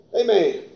Amen